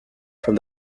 from